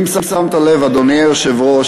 אם שמת לב, אדוני היושב-ראש,